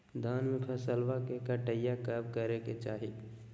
धान के फसलवा के कटाईया कब करे के चाही?